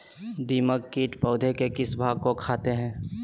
दीमक किट पौधे के किस भाग को खाते हैं?